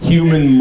Human